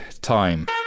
time